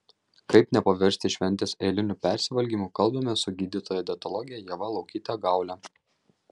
kaip nepaversti šventės eiliniu persivalgymu kalbamės su gydytoja dietologe ieva laukyte gaule